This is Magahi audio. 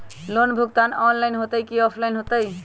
लोन भुगतान ऑनलाइन होतई कि ऑफलाइन होतई?